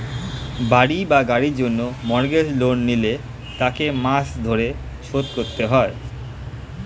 বাড়ি বা গাড়ির জন্য মর্গেজ লোন নিলে তাকে মাস ধরে শোধ করতে হয়